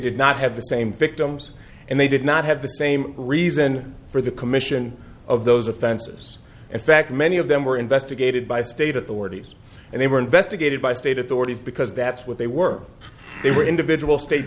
did not have the same victims and they did not have the same reason for the commission of those offenses in fact many of them were investigated by state authorities and they were investigated by state authorities because that's what they were they were individual state